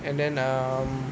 and then um